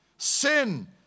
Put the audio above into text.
Sin